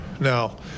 now